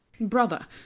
Brother